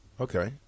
Okay